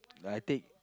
like I take